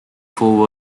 four